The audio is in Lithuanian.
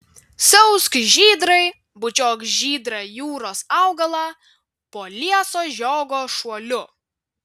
siausk žydrai bučiuok žydrą jūros augalą po lieso žiogo šuoliu